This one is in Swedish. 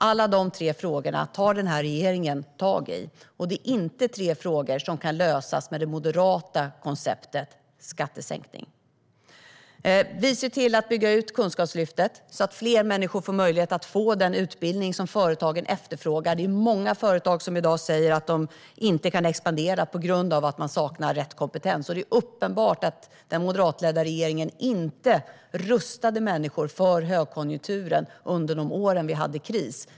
Alla dessa tre frågor tar regeringen tag i, och det är inte tre frågor som kan lösas med det moderata konceptet skattesänkning. Vi ser till att bygga ut Kunskapslyftet, så att fler människor får möjlighet att få den utbildning som företagen efterfrågar. Det är många företag som i dag säger att de inte kan expandera på grund av att man saknar rätt kompetens. Det är uppenbart att den moderatledda regeringen inte rustade människor för högkonjunkturen under de år vi hade kris.